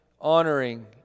honoring